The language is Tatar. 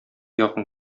якын